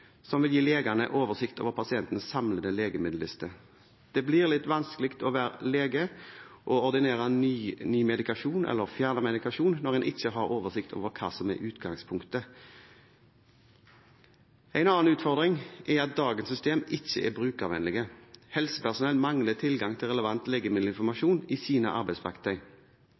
som vil gi legene oversikt over pasientens samlede legemiddelliste. Det blir litt vanskelig å være lege og ordinere ny medikasjon eller fjerne medikasjon når en ikke har oversikt over hva som er utgangspunktet. En annen utfordring er at dagens systemer ikke er brukervennlige. Helsepersonell mangler tilgang til relevant legemiddelinformasjon i sine arbeidsverktøy.